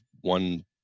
one